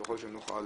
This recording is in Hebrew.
ככל שנוכל